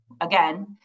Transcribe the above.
again